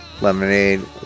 Lemonade